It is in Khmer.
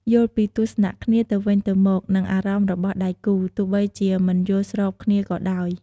យល់ពីទស្សនៈគ្នាទៅវិញទៅមក និងអារម្មណ៍របស់ដៃគូ ទោះបីជាមិនយល់ស្របគ្នាក៏ដោយ។